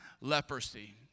leprosy